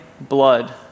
blood